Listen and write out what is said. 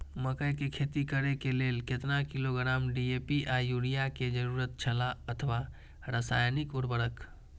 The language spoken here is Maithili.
मकैय के खेती करे के लेल केतना किलोग्राम डी.ए.पी या युरिया के जरूरत छला अथवा रसायनिक उर्वरक?